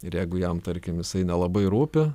ir jeigu jam tarkim jisai nelabai rūpi